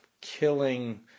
killing